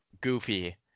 goofy